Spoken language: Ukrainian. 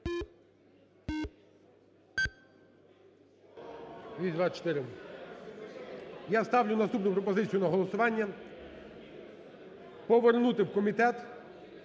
Я ставлю наступну пропозицію на голосування повернути в комітет